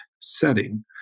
setting